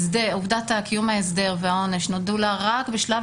עובדת קיום ההסדר והעונש נודעו לה רק בשלב